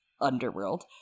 Underworld